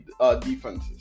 defenses